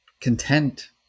content